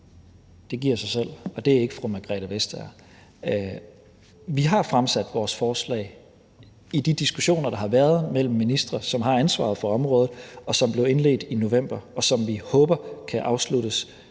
Det giver sig selv, og det er ikke fru Margrethe Vestager. Vi har fremsat vores forslag i de diskussioner, der har været mellem ministre, som har ansvaret for området, og som blev indledt i november, og som vi håber kan afsluttes